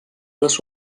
les